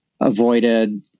avoided